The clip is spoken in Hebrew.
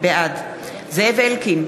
בעד זאב אלקין,